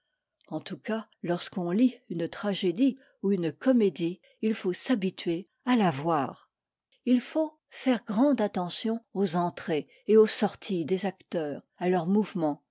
en tout cas lorsqu'on lit une tragédie ou une comédie il faut s'habituer à la voir il faut faire grande attention aux entrées et aux sorties des acteurs à leurs mouvements